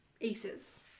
Aces